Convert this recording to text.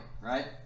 right